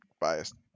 biased